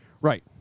Right